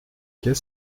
qu’est